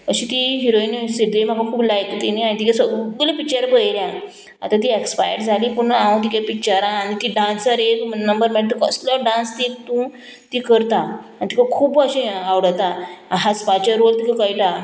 अशी ती हिरोइन सिर म्हाका खूब लायक ती न्ही हांयेन तिका सगले पिक्चर पयल्या आतां ती एक्सपायर्ड जाली पूण हांव तिगे पिक्चरां आनी ती डांसर एक नंबर मेळटा ती कसलो डांस ती तूं ती करता आनी तिका खूब अशें आवडटा हांसपाचें रोल तुका कळटा